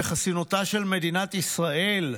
חסינותה של מדינת ישראל,